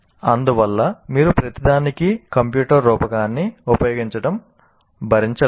అందువల్ల మీరు ప్రతిదానికీ కంప్యూటర్ రూపకాన్ని ఉపయోగించడం భరించలేరు